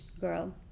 girl